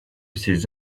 ces